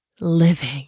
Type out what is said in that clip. living